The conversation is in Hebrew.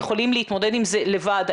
יכולים להתמודד עם זה לבד.